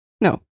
No